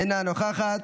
אינה נוכחת,